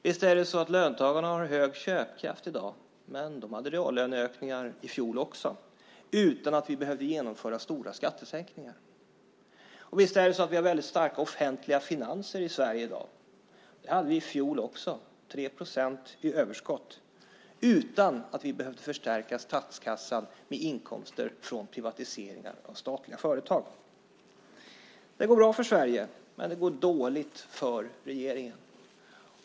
Visst har löntagarna högre köpkraft i dag. Men de hade reallöneökningar i fjol också utan att vi behövde genomföra stora skattesänkningar. Visst har vi starka offentliga finanser i Sverige i dag. Det hade vi i fjol också. Vi hade 3 procent i överskott utan att vi behövde förstärka statskassan med inkomster från privatiseringar av statliga företag. Det går bra för Sverige, men det går dåligt för regeringen.